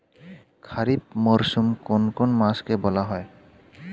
খারিফ মরশুম কোন কোন মাসকে বলা হয়?